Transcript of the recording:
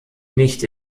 nicht